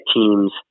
teams